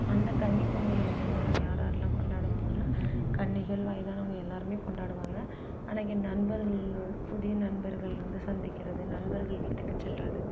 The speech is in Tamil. அந்த கன்னி பொங்கல் என்னென்ன யாரார்லாம் கொண்டாடுவாங்கன்னா கன்னிகள் வயதானவங்க எல்லோருமே கொண்டாடுவாங்க ஆனால் என் நண்பர்கள் புதிய நண்பர்கள் வந்து சந்திக்கிறது நண்பர்கள் வீட்டுக்கு செல்வது